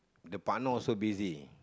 the partner also busy